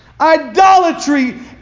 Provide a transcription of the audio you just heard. idolatry